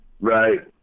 right